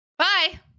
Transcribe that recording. bye